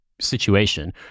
situation